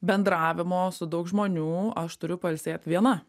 bendravimo su daug žmonių aš turiu pailsėt viena